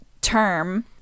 term